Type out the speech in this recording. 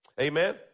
Amen